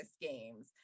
games